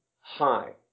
high